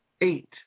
eight